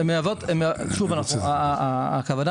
יש לנו